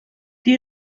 die